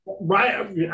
Right